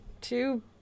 two